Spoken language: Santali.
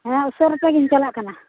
ᱦᱮᱸ ᱩᱥᱟᱹᱨᱟ ᱛᱮᱜᱮᱧ ᱪᱟᱞᱟᱜ ᱠᱟᱱᱟ